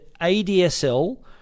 ADSL